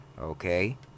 Okay